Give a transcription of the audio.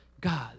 God